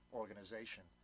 organization